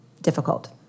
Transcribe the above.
difficult